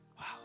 Wow